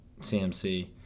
CMC